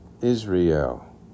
Israel